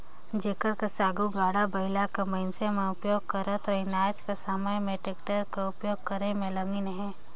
जेकर कस आघु गाड़ा बइला कर मइनसे मन उपियोग करत रहिन आएज कर समे में टेक्टर कर उपियोग करे में लगिन अहें